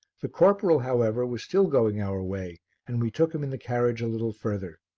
the corporal, however, was still going our way and we took him in the carriage a little further.